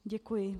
Děkuji.